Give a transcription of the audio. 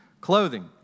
clothing